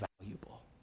valuable